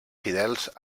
fidels